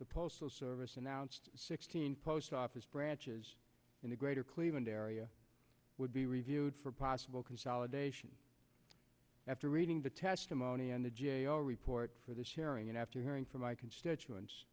the postal service announced sixteen post office branches in the greater cleveland area would be reviewed for possible consolidation after reading the testimony and the g a o report for this hearing and after hearing from my constituents